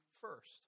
first